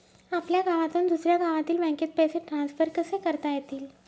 आपल्या गावातून दुसऱ्या गावातील बँकेत पैसे ट्रान्सफर कसे करता येतील?